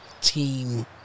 team